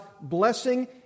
blessing